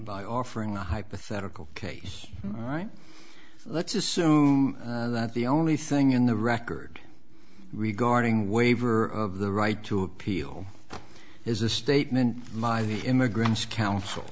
by offering a hypothetical case all right let's assume that the only thing in the record regarding waiver of the right to appeal is a statement by the immigrant's counsel